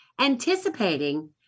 anticipating